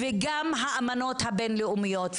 גם האמנות הבין לאומיות,